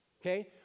Okay